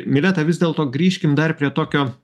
mileta vis dėlto grįžkim dar prie tokio